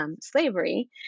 Slavery